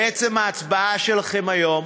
בעצם ההצבעה שלכם היום